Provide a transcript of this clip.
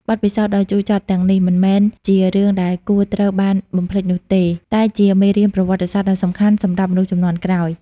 បទពិសោធន៍ដ៏ជូរចត់ទាំងនេះមិនមែនជារឿងដែលគួរត្រូវបានបំភ្លេចនោះទេ តែជាមេរៀនប្រវត្តិសាស្ត្រដ៏សំខាន់សម្រាប់មនុស្សជំនាន់ក្រោយ។